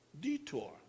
detour